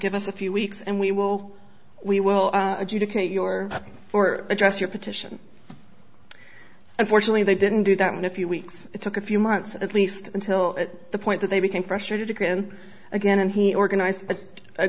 give us a few weeks and we will we will adjudicate your or address your petition unfortunately they didn't do that in a few weeks it took a few months at least until the point that they became frustrated to get in again and he organized a